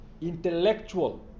Intellectual